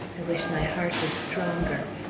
i wish my heart was stronger.